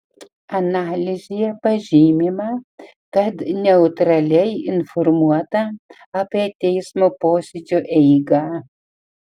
analizėje pažymima kad neutraliai informuota apie teismo posėdžių eigą